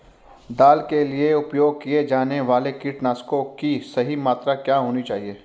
दाल के लिए उपयोग किए जाने वाले कीटनाशकों की सही मात्रा क्या होनी चाहिए?